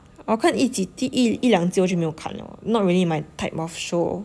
我看一集第一两集就没有看 liao not really my type of show